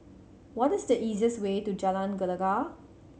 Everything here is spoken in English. what is the easiest way to Jalan Gelegar